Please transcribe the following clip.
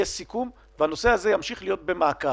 יש סיכום והנושא הזה ימשיך להיות במעקב.